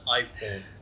iPhone